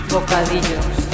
Bocadillos